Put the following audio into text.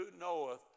knoweth